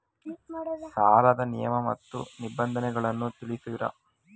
ಸಾಲದ ನಿಯಮ ಮತ್ತು ನಿಬಂಧನೆಗಳನ್ನು ತಿಳಿಸುವಿರಾ?